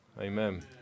Amen